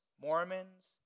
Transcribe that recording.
Mormons